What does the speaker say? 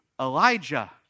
Elijah